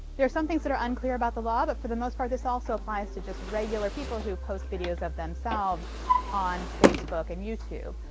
there are some things that are unclear about the law, but for the most part, this also applies to just regular people who post videos of themselves on facebook and youtube.